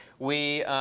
we